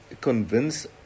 convince